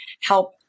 help